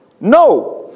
no